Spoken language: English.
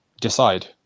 decide